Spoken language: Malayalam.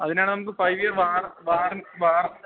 അതിനാാണ് നമുക്ക് പൈയർ വാർ വാർ വാർ